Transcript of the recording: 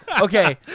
okay